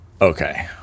okay